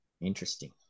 Interesting